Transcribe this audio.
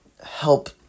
help